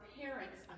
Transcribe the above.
parents